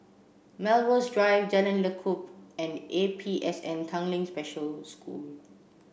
Melrose Drive Jalan Lekub and A P S N Tanglin Special School